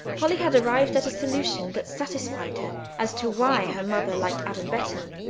polly had arrived at a solution that satisfied her as to why her mother liked adam better,